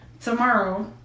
tomorrow